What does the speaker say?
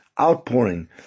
outpouring